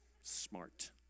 Smart